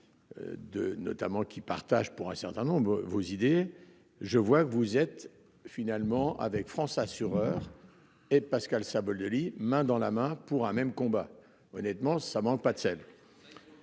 notamment qui partage pour un certain nombre de vos idées. Je vois que vous êtes finalement avec France assureurs et Pascal Savoldelli, main dans la main pour un même combat. Honnêtement ça manque pas de sel.